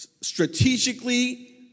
strategically